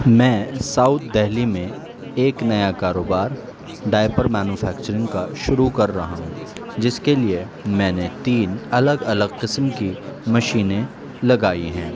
میں ساؤتھ دہلی میں ایک نیا کاروبار ڈائپر مینوفیکچرنگ کا شروع کر رہا ہوں جس کے لیے میں نے تین الگ الگ قسم کی مشینیں لگائی ہیں